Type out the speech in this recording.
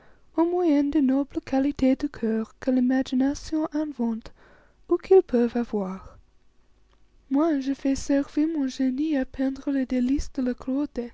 au moyen de nobles qualités du coeur que l'imagination invente ou qu'ils peuvent avoir moi je fais servir mon génie à peindre les délices de la